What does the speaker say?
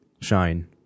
shine